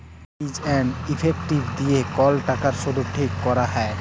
fees and effective দিয়ে কল টাকার শুধ ঠিক ক্যরা হ্যয়